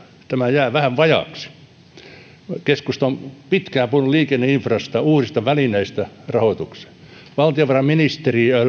tämä jää vähän vajaaksi keskusta on pitkään puhunut liikenneinfrasta uusista välineistä rahoitukseen valtiovarainministeriön